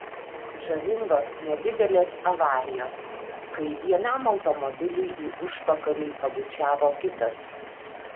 žavingos nedidelės avarijos kai vienam automobiliui į užpakalį pabučiavo kitas